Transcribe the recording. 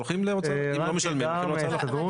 אם לא משלמים - הולכים להוצאה לפועל.